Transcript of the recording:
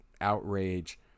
outrage